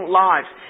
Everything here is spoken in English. lives